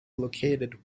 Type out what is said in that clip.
located